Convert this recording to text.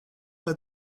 pas